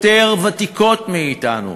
יותר ותיקות מאתנו,